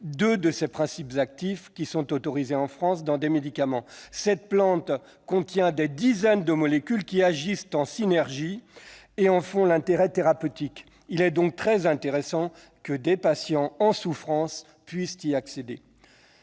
deux de ses principes actifs autorisés en France dans certains médicaments. Cette plante contient des dizaines de molécules qui agissent en synergie et qui en font l'intérêt thérapeutique. Il est donc très intéressant que des patients en souffrance puissent y avoir